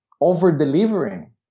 over-delivering